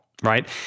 Right